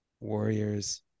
Warriors